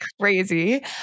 crazy